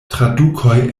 tradukoj